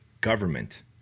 government